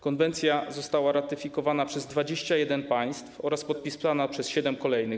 Konwencja została ratyfikowana przez 21 państw oraz podpisana przez siedem kolejnych.